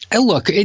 Look